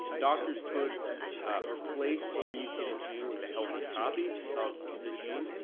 doctors could replace a mutated gene with a healthy copy of the gene,